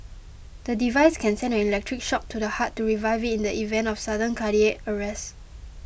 the device can send an electric shock to the heart to revive it in the event of sudden cardiac arrest